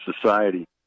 society